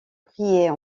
prier